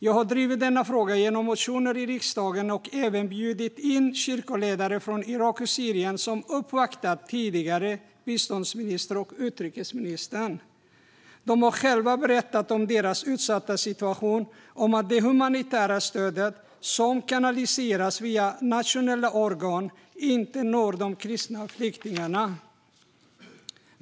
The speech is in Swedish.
Jag har drivit denna fråga genom motioner i riksdagen och har även bjudit in kyrkoföreträdare från Irak och Syrien som uppvaktat den tidigare biståndsministern och utrikesministern. De har själva berättat om sin utsatta situation och om att det humanitära stöd som kanaliseras via nationella organ inte når de kristna flyktingarna.